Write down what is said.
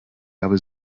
habe